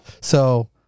So-